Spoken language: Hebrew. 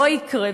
לא יקרה,